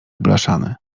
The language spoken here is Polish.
blaszany